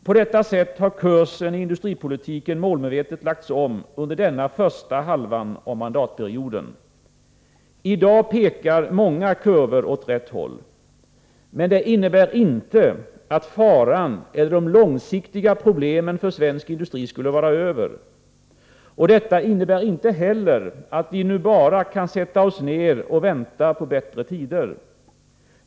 På detta sätt har kursen i industripolitiken målmedvetet lagts om under denna första halva av mandatperioden. I dag pekar många kurvor åt rätt håll. Men det innebär inte att faran eller de långsiktiga problemen för svensk industri skulle vara över. Det innebär inte heller att vi nu bara kan sätta oss ned och vänta på bättre tider.